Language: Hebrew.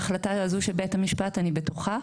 היא ידעה על ההחלטה הזו של בית המשפט, אני בטוחה,